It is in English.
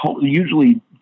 usually